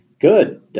Good